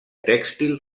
tèxtil